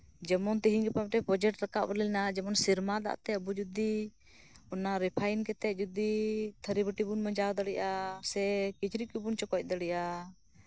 ᱡᱮᱢᱚᱱ ᱛᱮᱦᱤᱧ ᱜᱟᱯᱟ ᱢᱤᱫᱴᱮᱱ ᱯᱨᱚᱡᱮᱠᱴ ᱨᱟᱠᱟᱵ ᱞᱮᱱᱟ ᱡᱮᱢᱚᱱ ᱥᱮᱨᱢᱟ ᱫᱟᱜ ᱛᱮ ᱟᱵᱚ ᱡᱚᱫᱤ ᱨᱤᱯᱷᱟᱭᱤᱱ ᱠᱟᱛᱮᱫ ᱛᱷᱟᱹᱨᱤ ᱵᱟᱹᱴᱤ ᱵᱚᱱ ᱢᱟᱡᱟᱣᱟ ᱫᱟᱲᱮᱭᱟᱜ ᱥᱮ ᱠᱤᱪᱨᱤᱪ ᱠᱚᱵᱚᱱ ᱪᱚᱠᱚᱪ ᱫᱟᱲᱮᱭᱟᱜ ᱟ